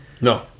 No